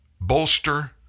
bolster